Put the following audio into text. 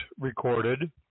recorded